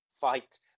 fight